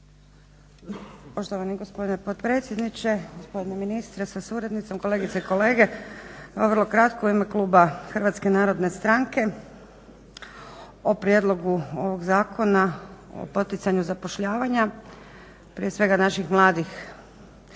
Poštovani gospodine potpredsjedniče, poštovani ministre sa suradnicom, kolegice i kolege. Evo vrlo kratko u ime kluba HNS-a o prijedlogu ovog Zakona o poticanju zapošljavanja, prije svega naših mladih